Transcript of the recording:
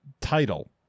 title